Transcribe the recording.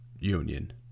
Union